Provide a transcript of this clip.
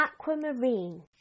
Aquamarine